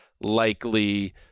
likely